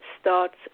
starts